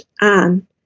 Anne